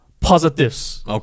positives